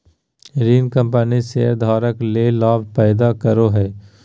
ऋण कंपनी शेयरधारक ले लाभ पैदा करो हइ